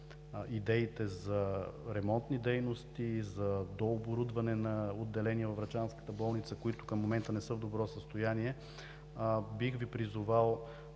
идеите за ремонтни дейности, за дооборудване на отделения във врачанската болница, които към момента не са в добро състояние. Бих Ви призовал